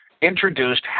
introduced